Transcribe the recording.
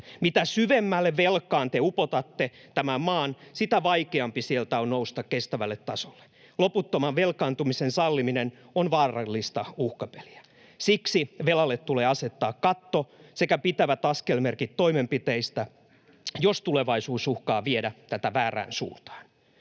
Mitä syvemmälle velkaan te upotatte tämän maan, sitä vaikeampi sieltä on nousta kestävälle tasolle. Loputtoman velkaantumisen salliminen on vaarallista uhkapeliä. Siksi velalle tulee asettaa katto sekä pitävät askelmerkit toimenpiteistä, jos tulevaisuus uhkaa viedä tätä väärään suuntaan.